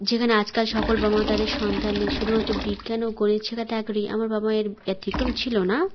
যেখানে আজকাল সকল বাবা মা তাদের সন্তানদের শুধুমাত্র বিজ্ঞান ও গণিত শেখাতে আগ্রহী আমার বাবা মা এর ব্যতিক্রম ছিলো না